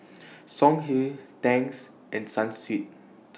Songhe Tangs and Sunsweet